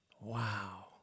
Wow